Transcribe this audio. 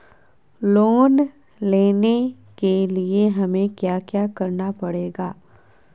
Loan लेने के लिए हमें क्या क्या करना पड़ेगा?